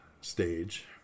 stage